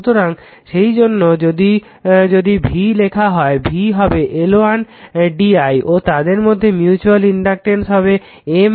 সুতরাং সেইজন্য যদি যদি v লেখা হয় v হবে L1 d I ও তাদের মধ্যে মিউটুইয়াল ইনডাকটেন্স হবে M